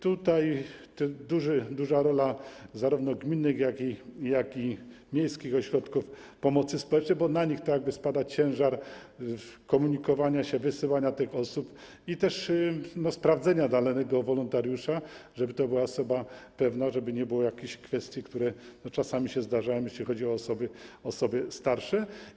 Tutaj duża rola zarówno gminnych, jak i miejskich ośrodków pomocy społecznej, bo na nich spada ciężar komunikowania się, wysyłania tych osób i sprawdzenia danego wolontariusza, żeby to była osoba pewna, żeby nie było jakichś kwestii, które czasami się zdarzają, jeśli chodzi o osoby starsze.